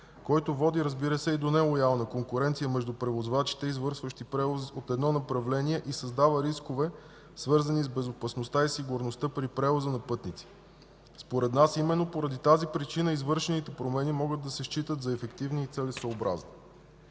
който води разбира се и до нелоялна конкуренция между превозвачите, извършващи превоз от едно направление и създава рискове, свързани с безопасността и сигурността при превоза на пътници. Според нас именно поради тази причина извършените промени могат да се считат за ефективни и целесъобразни.